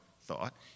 thought